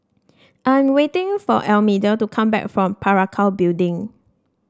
I am waiting for Almedia to come back from Parakou Building